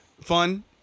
Fun